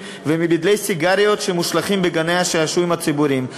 ומבדלי סיגריות שמושלכים בגני-השעשועים הציבוריים.